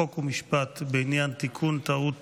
חוק ומשפט בעניין תיקון טעות